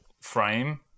frame